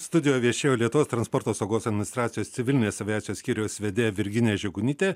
studijo viešėjo lietuvos transporto saugos administracijos civilinės aviacijos skyriaus vedėja virginija žegunytė